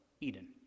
Eden